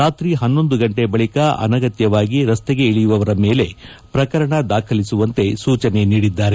ರಾತ್ರಿ ಹನ್ನೊಂದು ಗಂಟೆ ಬಳಿಕ ಅನಗತ್ತವಾಗಿ ರಸ್ತೆಗೆ ಇಳಿಯುವವರ ಮೇಲೆ ಪ್ರಕರಣ ದಾಖಲಿಸುವಂತೆ ಸೂಚನೆ ನೀಡಿದ್ದಾರೆ